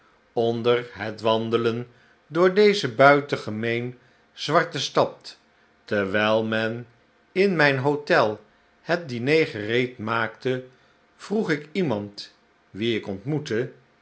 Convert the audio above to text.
onder het wandelen door deze buitengemeen zwarte stad terwijl men in mijn hotel het diner gereedmaakte vroeg ik iemand wien ik ontmoette